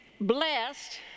blessed